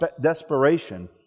desperation